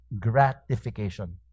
gratification